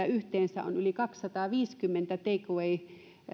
yhteensä yli kaksisataaviisikymmentä take away